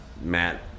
Matt